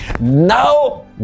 Now